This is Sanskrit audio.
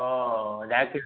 ओ दाक्टिविटि